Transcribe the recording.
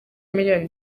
miliyoni